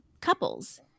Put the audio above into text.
couples